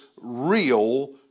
real